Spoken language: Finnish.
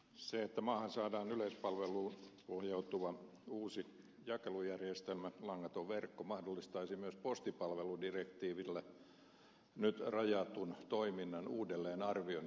se että maahan saadaan yleispalveluun pohjautuva uusi jakelujärjestelmä langaton verkko mahdollistaisi myös postipalveludirektiivillä nyt rajatun toiminnan uudelleenarvioinnin